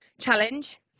challenge